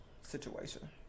situation